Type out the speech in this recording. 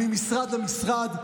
ממשרד למשרד,